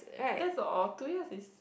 that's all two years is